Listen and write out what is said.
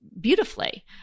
beautifully